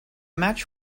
match